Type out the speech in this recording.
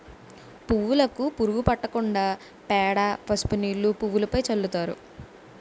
పువ్వులుకు పురుగు పట్టకుండా పేడ, పసుపు నీళ్లు పువ్వులుపైన చల్లుతారు